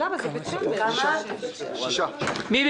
בקשה מס' 40-013 אושרה.